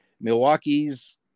Milwaukee's –